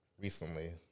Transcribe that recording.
recently